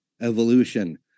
evolution